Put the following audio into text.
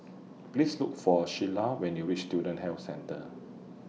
Please Look For Sheilah when YOU REACH Student Health Centre